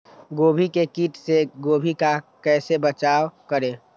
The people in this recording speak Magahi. गोभी के किट से गोभी का कैसे बचाव करें?